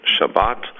Shabbat